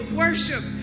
worship